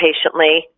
patiently